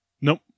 Nope